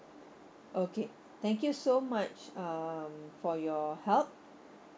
okay thank you so much um for your help